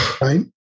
Right